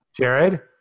Jared